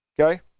okay